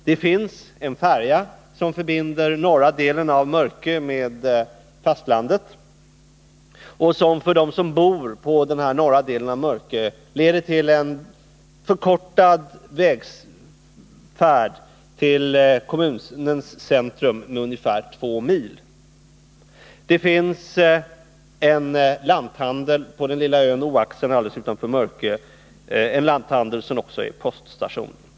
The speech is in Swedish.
Det finns en färja som förbinder norra delen av Mörkö med fastlandet och som för dem som bor på den norra delen av ön innebär en förkortning av färdvägen till kommunens centrum med ungefär två mil. Det finns en lanthandel på den lilla ön Oaxen alldeles utanför Mörkö, en lanthandel som också är poststation.